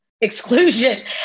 exclusion